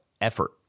effort